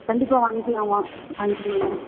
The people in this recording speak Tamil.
கண்டிப்பாக வாங்கிக்கலாமா வாங்கிக்கலாங்க